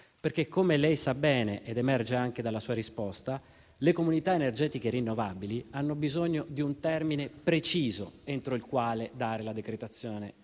perché, come lei sa bene e come emerge anche dalla sua risposta, le comunità energetiche rinnovabili hanno bisogno di un termine preciso entro il quale dare la decretazione